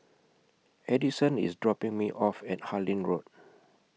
Addyson IS dropping Me off At Harlyn Road